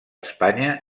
espanya